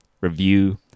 Review